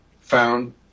found